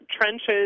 trenches